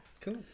Cool